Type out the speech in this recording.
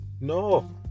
No